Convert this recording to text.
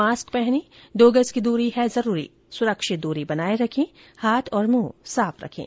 mask पहनें दो गज की दूरी है जरूरी सुरक्षित दूरी बनाए रखे हाथ और मुंह साफ रखें